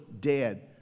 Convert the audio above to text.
dead